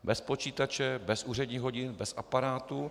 Bez počítače, bez úředních hodin, bez aparátu.